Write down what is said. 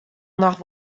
noch